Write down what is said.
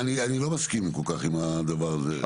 לא מסכים כל כך עם הדבר הזה,